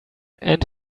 and